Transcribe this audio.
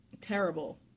terrible